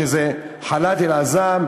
ח'אלד אל-עאזם,